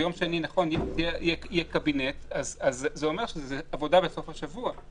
ביום שני יהיה קבינט וזה אומר שזאת עבודה בסוף השבוע.